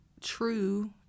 true